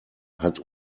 hat